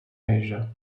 asia